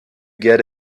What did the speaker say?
get